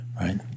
right